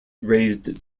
raised